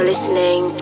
Listening